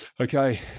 okay